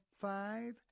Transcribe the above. five